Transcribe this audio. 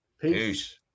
Peace